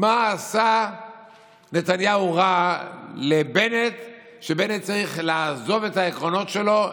מה רע עשה נתניהו לבנט שבנט צריך לעזוב את העקרונות שלו,